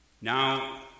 Now